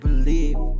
believe